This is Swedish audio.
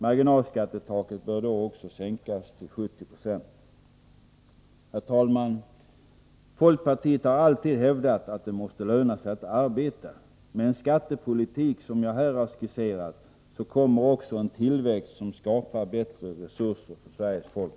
Marginalskattetaket bör då också sänkas till 70 90. Herr talman! Folkpartiet har alltid hävdat att det måste löna sig att arbeta. Med den skattepolitik som jag här har skisserat blir det också en tillväxt som skapar bättre resurser för Sveriges folk.